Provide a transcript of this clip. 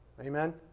Amen